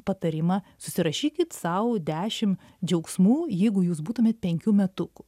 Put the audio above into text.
patarimą susirašykit sau dešim džiaugsmų jeigu jūs būtumėt penkių metukų